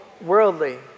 Worldly